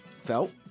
felt